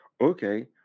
okay